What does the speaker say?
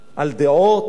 על דעות,